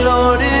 Lord